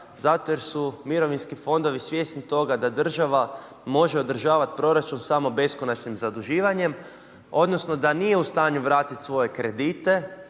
zato jer su mirovinski fondovi svjesni toga, da država može održavati proračun samo beskonačnim zaduživanjem, odnosno, da nije u stanju vratiti svoje kredite,